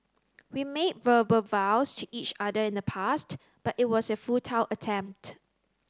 we made verbal vows to each other in the past but it was a futile attempt